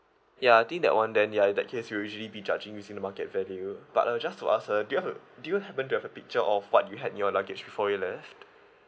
ya I think that [one] then ya in that case we'll usually be judging using the market value but uh just to ask uh do you have a do you happen to have a picture of what you had in your luggage before you left